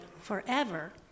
forever